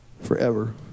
forever